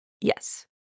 Yes